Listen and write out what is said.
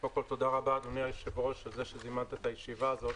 תודה רבה אדוני היו"ר על כך שזימנת את הישיבה הזאת.